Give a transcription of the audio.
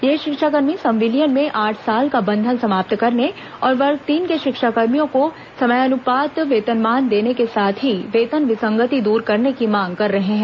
ये शिक्षाकर्मी संविलियन में आठ साल का बंधन समाप्त करने और वर्ग तीन के शिक्षाकर्मियों को समानुपातिक वेतनमान देने के साथ ही वेतन विसंगति दूर करने की मांग कर रहे हैं